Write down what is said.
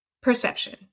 perception